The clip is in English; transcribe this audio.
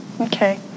Okay